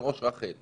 של ראש רח"ל,